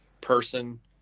person